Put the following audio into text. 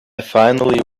finally